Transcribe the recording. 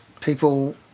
people